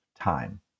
time